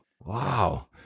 wow